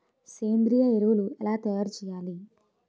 సేంద్రీయ ఎరువులు ఎలా తయారు చేయాలి?